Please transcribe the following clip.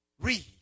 Read